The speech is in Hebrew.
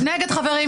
נפל.